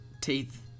teeth